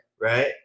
Right